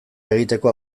egiteko